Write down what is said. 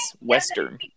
western